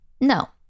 No